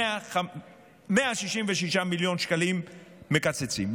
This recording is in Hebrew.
166 מיליון שקלים מקצצים.